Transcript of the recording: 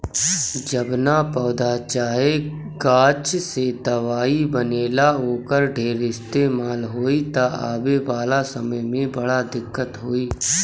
जवना पौधा चाहे गाछ से दवाई बनेला, ओकर ढेर इस्तेमाल होई त आवे वाला समय में बड़ा दिक्कत होई